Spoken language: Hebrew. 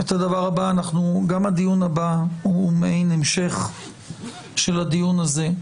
גם הדיון הבא הוא מעין המשך של הדיון הזה.